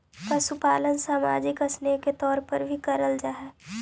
पशुपालन सामाजिक स्नेह के तौर पर भी कराल जा हई